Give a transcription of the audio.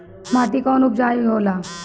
माटी कौन उपजाऊ होला?